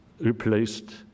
replaced